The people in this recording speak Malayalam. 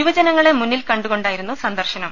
യുവജനങ്ങളെ മുന്നിൽ കണ്ടുകൊണ്ടായിരുന്നു സന്ദർശനം